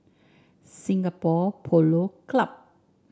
Singapore Polo Club